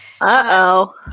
Uh-oh